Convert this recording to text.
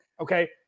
Okay